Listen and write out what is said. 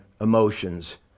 emotions